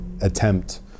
attempt